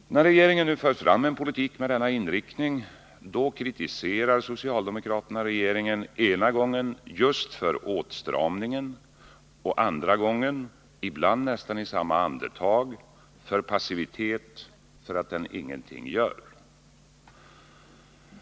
När regeringen nu för fram en politik med denna inriktning kritiserar socialdemokraterna regeringen, ena gången just för åtstramningen och andra gången — ibland i samma andetag — för passivitet, för att regeringen ingenting gör.